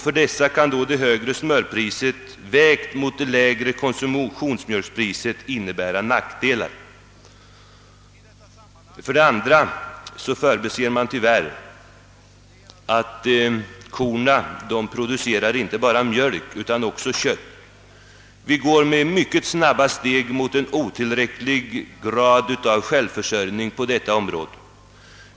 För dessa kan då det högre smörpriset, vägt mot det lägre konsumtionsmjölkpriset, innebära nackdelar. Vidare förbiser man tyvärr att korna producerar inte bara mjölk utan även kött. Vi går med snabba steg mot en otillräcklig grad av självförsörjning på detta område.